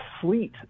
fleet